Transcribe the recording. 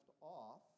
off